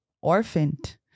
orphaned